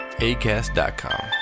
Acast.com